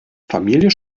familie